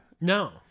No